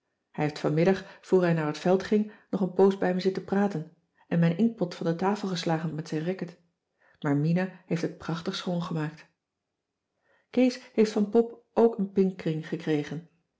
hij heeft vanmiddag voor hij naar t veld ging nog een poos bij me zitten praten en mijn inkpot van de tafel geslagen met zijn racket maar mina heeft het prachtig schoongemaakt kees heeft van pop ook een pinkring gekregen